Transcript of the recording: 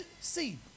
see